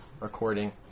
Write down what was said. recording